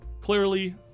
clearly